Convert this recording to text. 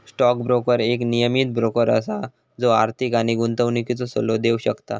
stock broker एक नियमीत broker असा जो आर्थिक आणि गुंतवणुकीचो सल्लो देव शकता